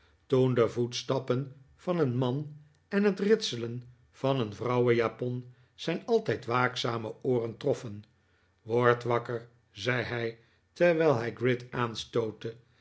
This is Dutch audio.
de voetstappen van een man en het ritselen van een vrouwenjapon zijn altijd waakzame ooren troffen word wakker zei hij terwijl hij gride